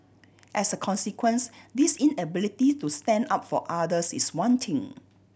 as a consequence this inability to stand up for others is one thing